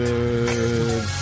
Good